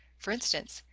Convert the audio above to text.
for instance,